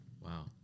Wow